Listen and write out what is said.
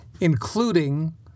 including